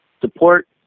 Support